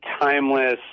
timeless